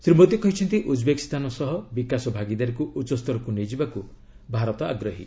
ଶ୍ରୀ ମୋଦୀ କହିଛନ୍ତି ଉଜ୍ବେକିସ୍ତାନ ସହ ବିକାଶ ଭାଗିଦାରୀକୁ ଉଚ୍ଚସ୍ତରକୁ ନେଇଯିବାକୁ ଭାରତ ଆଗ୍ରହୀ